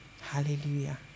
Hallelujah